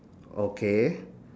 okay